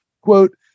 quote